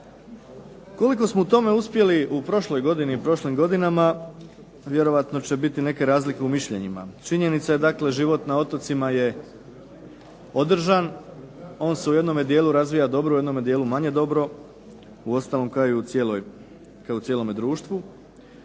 Koliko smo u tome uspjeli u prošloj godini i prošlim godinama vjerojatno će biti neke razlike u mišljenjima. Činjenica je dakle život na otocima je održan, on se u jednom dijelu razvija dobro, u jednom dijelu manje dobro, uostalom kao i u cijelome društvu.